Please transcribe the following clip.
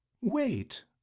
wait